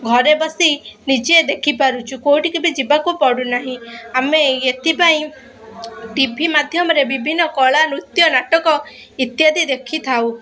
ଘରେ ବସି ନିଜେ ଦେଖିପାରୁଛୁ କେଉଁଠିକି ବି ଯିବାକୁ ପଡ଼ୁନାହିଁ ଆମେ ଏଥିପାଇଁ ଟିଭି ମାଧ୍ୟମରେ ବିଭିନ୍ନ କଳା ନୃତ୍ୟ ନାଟକ ଇତ୍ୟାଦି ଦେଖିଥାଉ